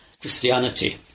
Christianity